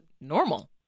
normal